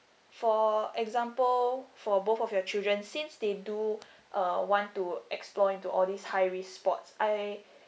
for example for both of your children since they do uh want to explore into all these high risk sports I